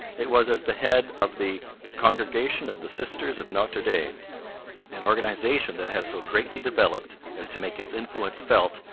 it was as the head of the congregation of the sisters of notre dame an organization that has so greatly developed as to make its influence felt,